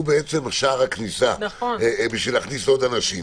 בעצם שער הכניסה להכניס עוד אנשים.